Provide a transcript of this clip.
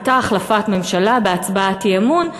הייתה החלפת ממשלה בהצבעת אי-אמון,